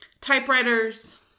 Typewriters